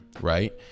right